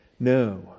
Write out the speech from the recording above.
No